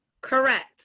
correct